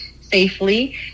safely